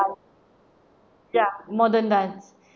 ya modern dance